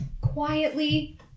quietly